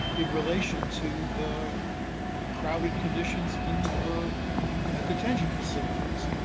in relation to the crowded conditions in the detention facilities,